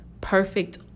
perfect